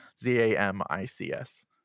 Z-A-M-I-C-S